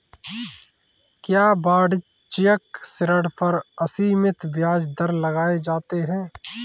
क्या वाणिज्यिक ऋण पर असीमित ब्याज दर लगाए जाते हैं?